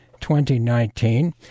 2019